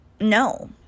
No